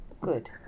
Good